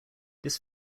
this